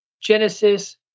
Genesis